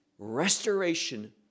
restoration